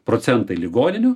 procentai ligoninių